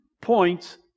points